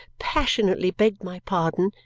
passionately begged my pardon,